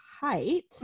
height